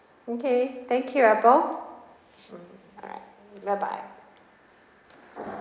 okay thank you apple mm alright bye bye